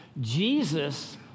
Jesus